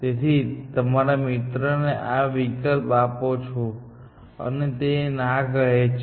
તેથી તમે તમારા મિત્રને આ વિકલ્પ આપો છો અને તે ના કહે છે